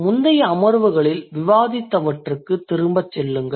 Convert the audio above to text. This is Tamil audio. முந்தைய அமர்வுகளில் விவாதித்தவற்றுக்குத் திரும்பிச் செல்லுங்கள்